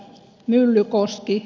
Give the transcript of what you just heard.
myllykoski